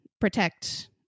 protect